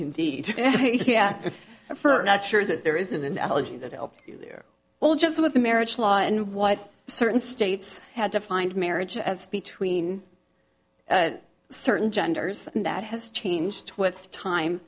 yeah yeah first not sure that there is an analogy that helps you there well just with the marriage law and what certain states had defined marriage as between certain genders and that has changed with time